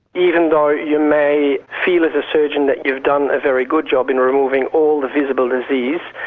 even though you may feel as a surgeon that you've done a very good job in removing all the visible disease,